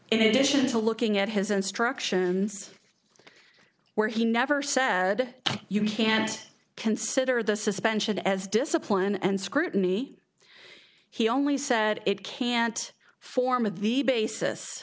isn't to looking at his instructions where he never said you can't consider the suspension as discipline and scrutiny he only said it can't form of the basis